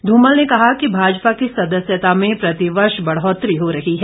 धूमल ने कहा कि भाजपा की सदस्यता में प्रतिवर्ष बढ़ोतरी हो रही है